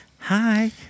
hi